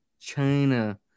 China